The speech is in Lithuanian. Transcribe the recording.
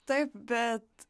taip bet